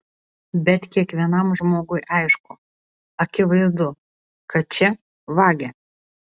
bet kiekvienam žmogui aišku akivaizdu kad čia vagia